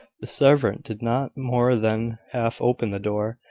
the servant did not more than half-open the door,